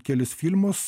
kelis filmus